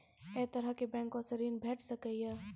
ऐ तरहक बैंकोसऽ ॠण भेट सकै ये?